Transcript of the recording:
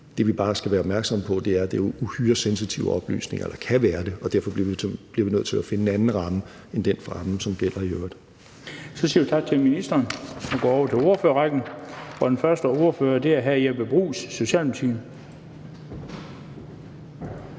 Det, vi bare skal være opmærksomme på, er, at det er uhyre sensitive oplysninger eller kan være det, og derfor bliver vi nødt til at finde en anden ramme end den ramme, som gælder i øvrigt. Kl. 16:20 Den fg. formand (Bent Bøgsted): Så siger vi tak til ministeren og går over til ordførerrækken. Den første ordfører er hr. Jeppe Bruus, Socialdemokratiet.